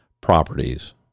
Properties